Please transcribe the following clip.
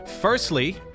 Firstly